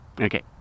okay